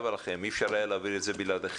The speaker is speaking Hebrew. אי אפשר היה להעביר את זה בלעדיכם.